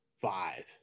five